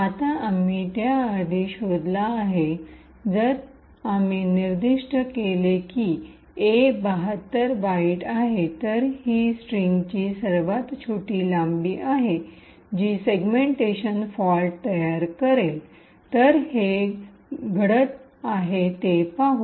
आता आम्ही त्याआधीच शोधला आहे जर आम्ही निर्दिष्ट केले की ए ७२ बाइट आहे तर ही स्ट्रिंगची सर्वात छोटी लांबी आहे जी सेगमेंटेशन फॉल्ट तयार करेल तर हे घडत आहे हे पाहू